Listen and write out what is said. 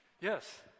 yes